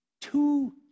two